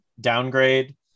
downgrade